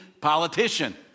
politician